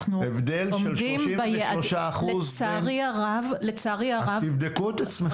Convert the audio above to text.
הבדל של 33%. אז תבדקו את עצמכם.